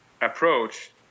approach